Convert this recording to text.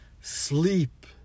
Sleep